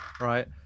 Right